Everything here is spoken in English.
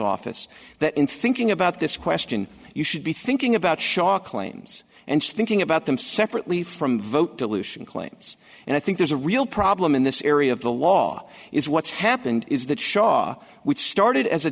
office that in thinking about this question you should be thinking about shar claims and thinking about them separately from vote dilution claims and i think there's a real problem in this area of the law is what's happened is that shaw which started as a